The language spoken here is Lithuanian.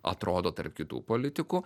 atrodo tarp kitų politikų